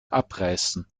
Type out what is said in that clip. abreißen